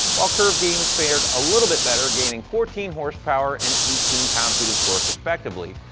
while curve gains fared a little bit better, gaining fourteen horsepower and eighteen pound feet of torque, respectively.